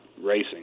racing